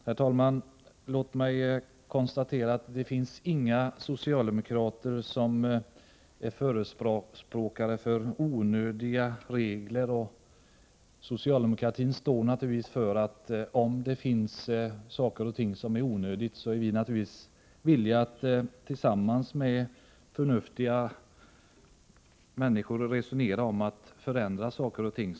Herr talman! Låt mig konstatera att det inte finns några socialdemokrater som är förespråkare för onödiga regler. Om det finns saker och ting som är onödiga, är vi naturligtvis villiga att tillsammans med förnuftiga människor resonera om att förändra förhållandena.